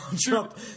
Trump